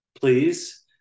please